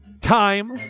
time